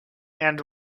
and